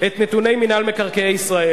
את נתוני מינהל מקרקעי ישראל.